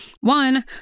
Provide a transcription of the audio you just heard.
One